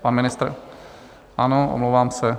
Pan ministr, ano, omlouvám se.